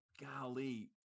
golly